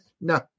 No